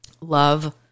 love